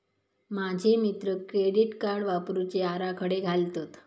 माझे मित्र credit card वापरुचे आराखडे घालतत